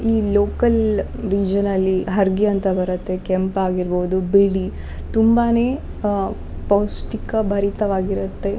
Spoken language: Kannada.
ಈ ಲೋಕಲ್ ರೀಜಿನಲಿ ಹರ್ಗೆ ಅಂತ ಬರತ್ತೆ ಕೆಂಪು ಆಗಿರ್ಬೋದು ಬಿಳಿ ತುಂಬಾನೇ ಪೌಷ್ಟಿಕ ಭರಿತವಾಗಿರತ್ತೆ